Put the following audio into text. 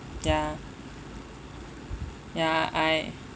ya ya I